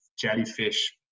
jellyfish